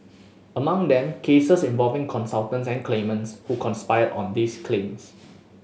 among them cases involving consultants and claimants who conspired on these claims